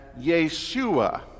Yeshua